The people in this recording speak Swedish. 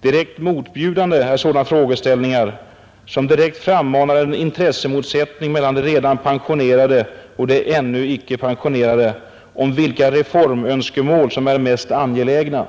Direkt motbjudande är sådana frågeställningar som direkt frammanar en intressemotsättning mellan de redan pensionerade och de ännu icke pensionerade om vilka reformönskemål som är mest angelägna.